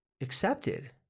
accepted